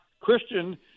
Christian